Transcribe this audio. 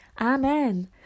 Amen